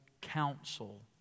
counsel